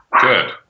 Good